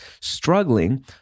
struggling